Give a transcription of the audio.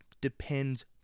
depends